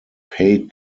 paid